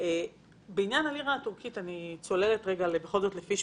האם בעניין הלירה הטורקית - אני צוללת רגע לפישמן